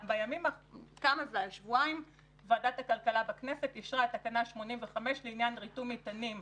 לפני שבועיים ועדת הכלכלה בכנסת אישרה את תקנה 85 לעניין ריתום מטענים,